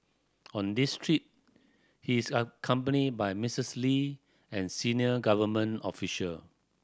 on this trip he is accompanied by Miss Lee and senior government official